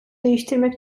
değiştirmek